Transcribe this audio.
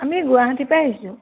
আমি গুৱাহাটী পৰা আহিছোঁ